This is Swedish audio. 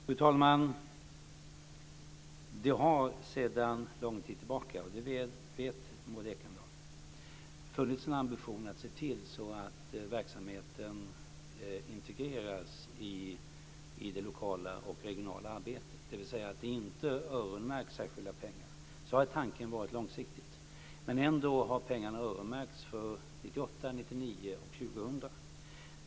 Fru talman! Det har sedan lång tid tillbaka - det vet Maud Ekendahl - funnits en ambition att se till att verksamheten integreras i det lokala och regionala arbetet, dvs. att det inte öronmärks särskilda pengar. Så har tanken varit långsiktigt. Ändå har pengarna öronmärkts för 1998, 1999 och 2000.